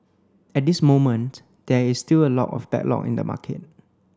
at this moment there is still a lot of backlog in the market